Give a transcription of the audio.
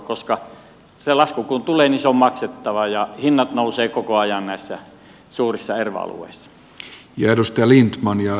kun se lasku tulee niin se on maksettava ja hinnat nousevat koko ajan suurissa erva alueissa